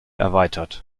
erweitert